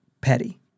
petty